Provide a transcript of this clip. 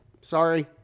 sorry